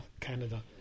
Canada